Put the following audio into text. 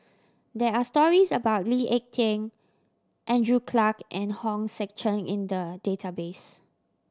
there are stories about Lee Ek Tieng Andrew Clarke and Hong Sek Chern in the database